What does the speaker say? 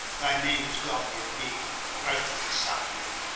thy name is gualtier, being rightly sounded